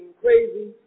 crazy